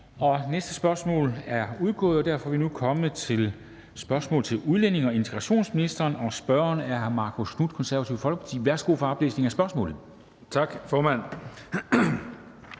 Det næste spørgsmål er udgået, og derfor er vi nu kommet til spørgsmål til udlændinge- og integrationsministeren, og spørgeren er hr. Marcus Knuth, Det Konservative Folkeparti. Kl. 13:50 Spm. nr.